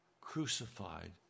crucified